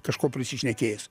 kažko prisišnekėjęs